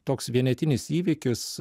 toks vienetinis įvykis